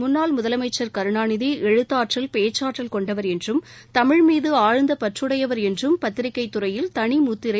முன்னாள் முதலமைச்சா் கருணாநிதி எழுத்தாற்றல் பேச்சாற்றல் கொண்டவர் என்றும் தமிழ் மீது ஆழ்ந்த பற்றுடையவர் என்றும் பத்திரிகை துறையில் தனி முத்திரை